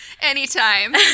anytime